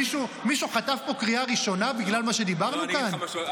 מישהו חטף פה קריאה ראשונה בגלל מה שדיברנו כאן?